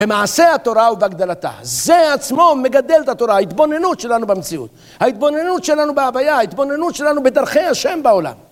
במעשה התורה ובהגדלתה, זה עצמו מגדל את התורה, ההתבוננות שלנו במציאות. ההתבוננות שלנו בהוויה, ההתבוננות שלנו בדרכי ה' בעולם.